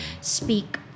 speak